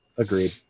Agreed